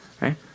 Right